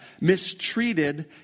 mistreated